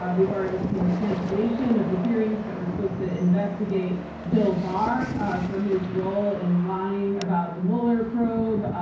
ah we've already seen the cancellation of the hearings that were supposed to investigate bill barr ah for his role in lying about the mueller probe,